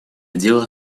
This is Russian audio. дело